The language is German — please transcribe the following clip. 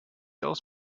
aus